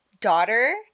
daughter